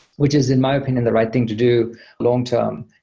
which is in my opinion the right thing to do long-term.